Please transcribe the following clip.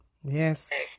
Yes